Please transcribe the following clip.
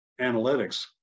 analytics